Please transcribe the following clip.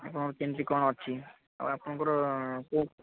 ଆପଣଙ୍କର କେମତି କ'ଣ ଅଛି ଆଉ ଆପଣଙ୍କର କେଉଁ